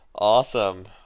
Awesome